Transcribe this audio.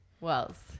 Wells